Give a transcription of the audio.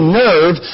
nerve